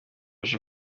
ajya